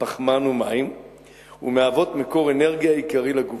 פחמן ומים ומהוות מקור אנרגיה עיקרי לגוף.